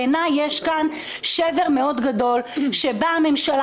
בעיני יש כאן שבר מאוד גדול שבאה ממשלה